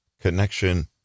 connection